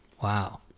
Wow